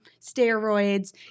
steroids